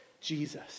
Jesus